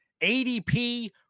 adp